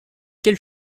quels